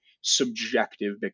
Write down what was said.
subjective